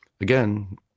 again